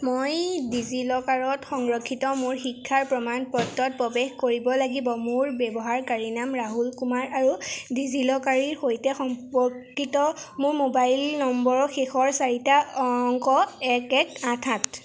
মই ডিজি লকাৰত সংৰক্ষিত মোৰ শিক্ষাৰ প্ৰমাণ পত্ৰত প্ৰৱেশ কৰিব লাগিব মোৰ ব্যৱহাৰকাৰী নাম ৰাহুল কুমাৰ আৰু ডিজি লকাৰীৰ সৈতে সম্পৰ্কিত মোৰ মোবাইল নম্বৰৰ শেষৰ চাৰিটা অংক এক এক আঠ আঠ